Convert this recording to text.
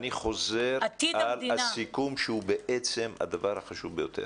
אני חוזר על הסיכום, שהוא הדבר החשוב ביותר,